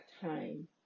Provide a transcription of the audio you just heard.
time